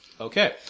Okay